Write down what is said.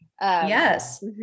Yes